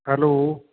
hello